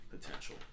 potential